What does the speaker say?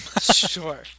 Sure